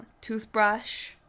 toothbrush